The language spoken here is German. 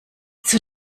zur